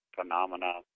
phenomena